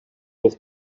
pour